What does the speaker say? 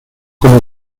como